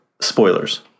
spoilers